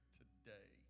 today